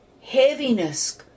heaviness